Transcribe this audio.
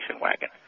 wagon